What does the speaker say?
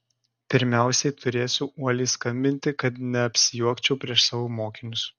pirmiausiai turėsiu uoliai skambinti kad neapsijuokčiau prieš savo mokinius